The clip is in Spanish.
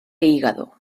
hígado